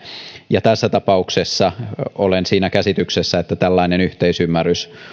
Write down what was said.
ja tässä tapauksessa olen siinä käsityksessä että tällainen yhteisymmärrys